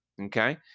Okay